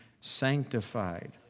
sanctified